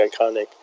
iconic